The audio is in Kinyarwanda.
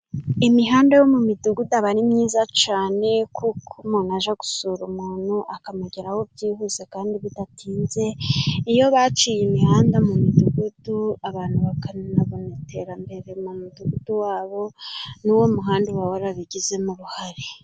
Imihanda yo mu midugudu aba ari myiza cane, kuko umuntu aja gusura umuntu akamugeraho byihuse kandi bidatinze, iyo baciye imihanda mu midugudu abantu bakanabona iterambere mu mudugudu wabo n'uwo muhanda uba warabigizemo uruhare.